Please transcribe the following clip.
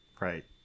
right